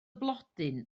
blodyn